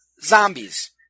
zombies